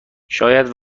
شاید